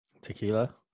Tequila